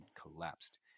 collapsed